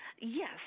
yes